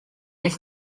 eich